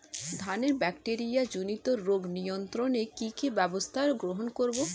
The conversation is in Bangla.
ধানের ব্যাকটেরিয়া জনিত রোগ নিয়ন্ত্রণে কি কি ব্যবস্থা গ্রহণ করব?